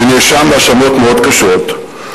שנאשם בהאשמות מאוד קשות,